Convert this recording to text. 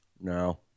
No